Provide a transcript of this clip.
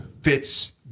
fits